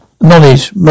Knowledge